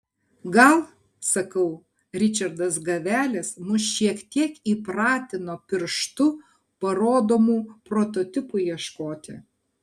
gal sakau ričardas gavelis mus šiek tiek įpratino pirštu parodomų prototipų ieškoti